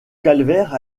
calvaire